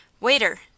Waiter